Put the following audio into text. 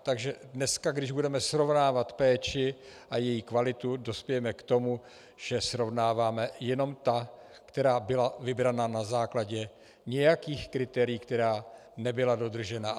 Takže dneska, když budeme srovnávat péči a její kvalitu, dospějeme k tomu, že srovnáváme jenom ta, která byla vybrána na základě nějakých kritérií, která nebyla dodržena.